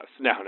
no